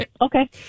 okay